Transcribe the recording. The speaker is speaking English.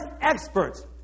experts